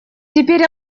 теперь